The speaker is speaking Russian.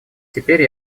теперь